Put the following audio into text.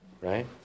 Right